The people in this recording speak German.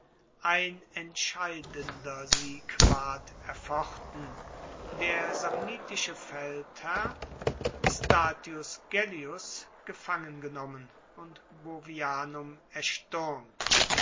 ein entscheidender sieg ward erfochten der samnitische feldherr statius gellius gefangengenommen und bovianum erstuermt